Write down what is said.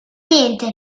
niente